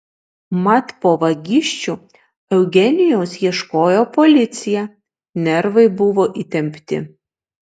mat po vagysčių eugenijaus ieškojo policija nervai buvo įtempti